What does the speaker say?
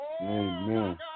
amen